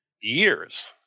years